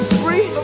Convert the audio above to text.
free